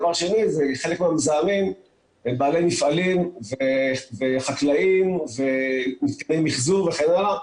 חלק מהמזהמים הם בעלי מפעלים וחקלאים ומפעלי מחזור וכן הלאה.